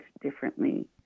differently